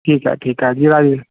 ठीकु आहे ठीकु आहे